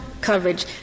coverage